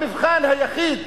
המבחן היחיד